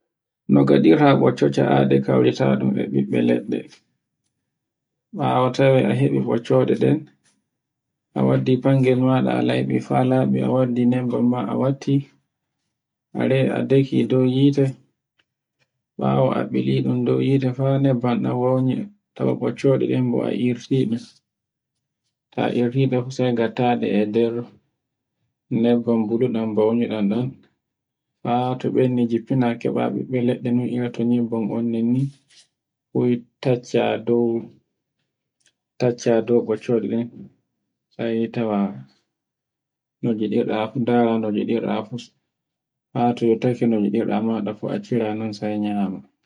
No ngattirta ɓocce ca'aɗe kawritadum e ɓiɓɓe leɗɗe. Bawo tawe a heɓi ɓoccede ɗen, a waddi fangel maɗa a layɓi haa laɓi a waddi nabban maɓa a watti are a daki dow hite. Ɓawo a ɓili dum dow hite faa nebban dan woyni tawa ɓocceden bo a irtide. Ta irtede fu sai ngatta de e nder nebban buludan boludan dan faa to ɓendi jiffina keɓa ɓiɓɓe leɗɗe non ira to nebban dan nonni fu e tacca dow ɓoccode den, sai tawa no ngidirɗe fu ndara no ngiɗirda fu, haa to yottake no ngiɗirda maɗa accira non sai nyama.